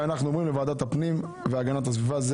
ואנחנו אומרים: לוועדת הפנים והגנת הסביבה.